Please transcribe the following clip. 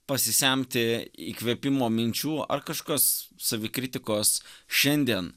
pasisemti įkvėpimo minčių ar kažkokios savikritikos šiandien